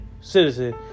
citizen